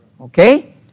Okay